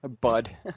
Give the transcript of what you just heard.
Bud